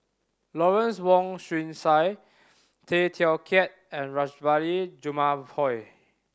Lawrence Wong Shyun Tsai Tay Teow Kiat and Rajabali Jumabhoy